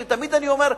שתמיד אני אומר,